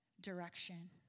direction